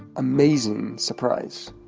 amazing surprise,